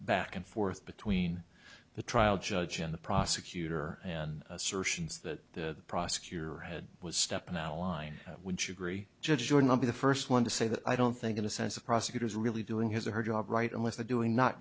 back and forth between the trial judge and the prosecutor and assertions that the prosecutor had was stepping out of line would you agree judge or not be the first one to say that i don't think in a sense of prosecutors really doing his or her job right and with the doing not